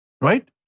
Right